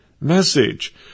Message